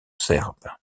serbes